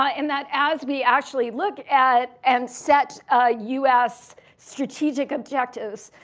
ah and that as we actually look at and set u s. strategic objectives,